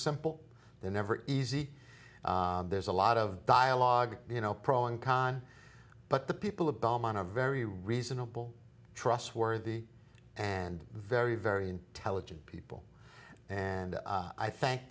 simple they're never easy there's a lot of dialogue you know pro and con but the people of belmont a very reasonable trustworthy and very very intelligent people and i thank